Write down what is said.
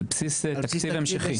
על בסיס תקציב המשכי.